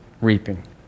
reaping